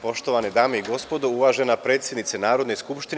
Poštovane dame i gospodo, uvažena predsednice Narodne skupštine.